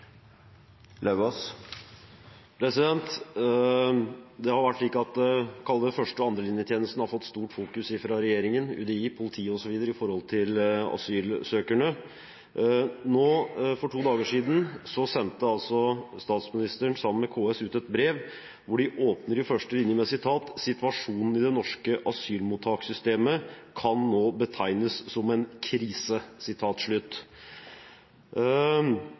regjeringen – UDI, politiet osv. – når det gjelder asylsøkerne. For to dager siden sendte statsministeren, sammen med KS, ut et brev hvor første linje lyder: «Situasjonen i det norske asylmottakssystemet kan nå betegnes som en krise.»